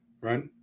right